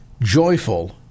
joyful